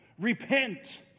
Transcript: Repent